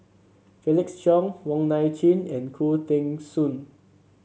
Felix Cheong Wong Nai Chin and Khoo Teng Soon